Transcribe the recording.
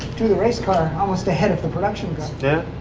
do the race car almost ahead of the production